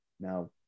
now